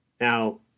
Now